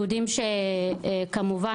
יהודים שכמובן,